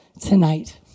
tonight